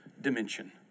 dimension